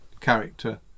character